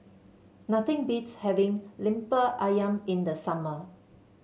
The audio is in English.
nothing beats having Lemper ayam in the summer